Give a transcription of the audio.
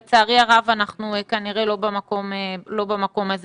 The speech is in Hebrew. לצערי הרב, אנחנו כנראה לא במקום הזה.